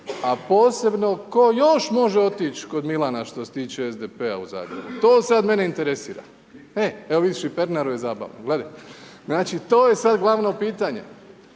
A posebno tko još može otići kod Milana što se tiče SDP-a u Zagrebu. To sada mene interesira. E, evo vidiš i Pernaru je zabavno, gledaj. Znači to je sada glavno pitanje.